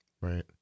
Right